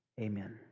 Amen